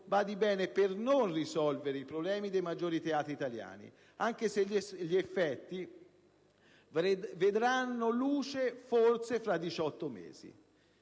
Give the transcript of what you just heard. badi bene, per non risolvere i problemi dei maggiori teatri italiani; anche se gli effetti vedranno forse la luce tra 18 mesi.